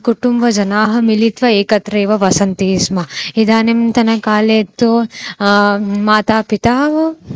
कुटुम्बजनाः मिलित्वा एकत्रैव वसन्ति स्म इदानींतनकाले तु माता पिता वा